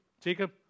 Jacob